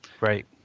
Right